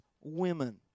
women